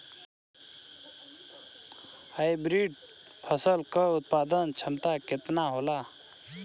Hybrid फसल क उत्पादन क्षमता केतना होला?